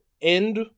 end